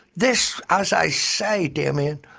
this, as i say, damien,